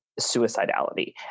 suicidality